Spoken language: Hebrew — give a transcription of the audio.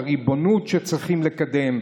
הריבונות שצריכים לקדם,